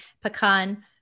pecan